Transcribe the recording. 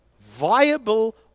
viable